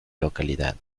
localidad